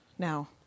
Now